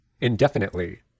indefinitely